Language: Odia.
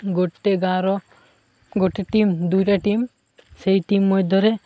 ଗୋଟେ ଗାଁର ଗୋଟେ ଟିମ୍ ଦୁଇଟା ଟିମ୍ ସେଇ ଟିମ୍ ମଧ୍ୟରେ